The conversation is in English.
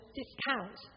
discount